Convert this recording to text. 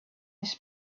his